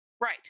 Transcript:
Right